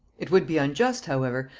it would be unjust, however,